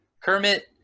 Kermit